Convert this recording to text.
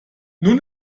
nun